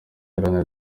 iharanira